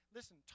Listen